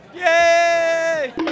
Yay